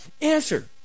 answer